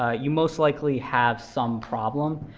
ah you most likely have some problem.